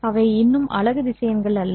அவை இன்னும் அலகு திசையன்கள் அல்ல